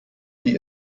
die